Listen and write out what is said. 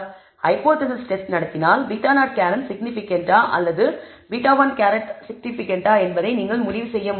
hypothesis test நடத்தினால் β̂₀ சிக்னிபிகன்ட்டா அல்லது β̂1 சிக்னிபிகன்ட்டா என்பதை நீங்கள் முடிவு செய்ய முடியுமா